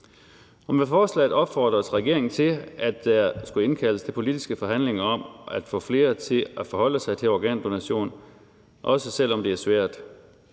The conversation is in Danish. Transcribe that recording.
Med forslaget opfordredes regeringen til at indkalde til politiske forhandlinger om at få flere til at forholde sig til organdonation, også selv om det er svært.